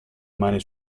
mani